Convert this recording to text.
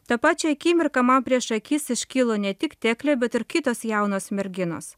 tą pačią akimirką man prieš akis iškilo ne tik teklė bet ir kitos jaunos merginos